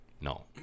No